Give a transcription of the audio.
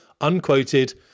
unquoted